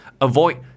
avoid